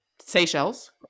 Seychelles